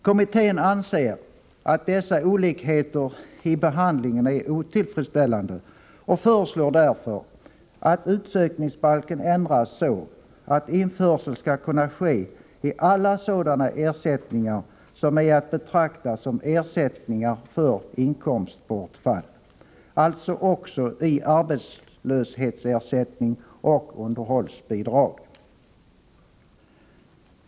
Kommittén anser att dessa olikheter i behandlingen är otillfredsställande och föreslår därför att utsökningsbalken ändras så, att införsel skall kunna ske i alla sådana ersättningar som är att betrakta såsom ersättningar för inkomstbortfall, alltså också i arbetslöshetsersättning och underhållsbidrag.